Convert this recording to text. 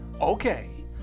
Okay